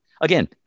Again